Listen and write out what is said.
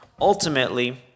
Ultimately